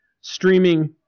streaming